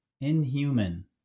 inhuman